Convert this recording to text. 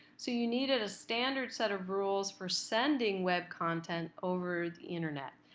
so you need a standard set of rules for sending web content over the internet.